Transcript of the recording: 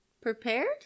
prepared